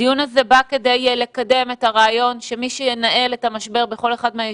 הדיון הזה בא כדי לקדם את הרעיון שמי שינהל את המשבר בכל אחד מהישובים,